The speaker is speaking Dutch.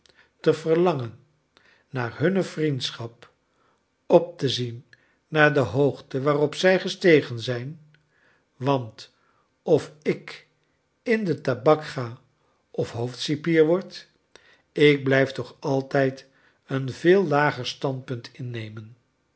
te verlangen naar hunne vriendschap op te zien naar de hoogte waarop zij gestegen zijn want of ik in de tabak ga of hoofdcipier word ik blijf toch aitijd een veel lager standpunt innemen